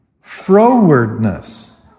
frowardness